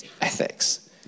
ethics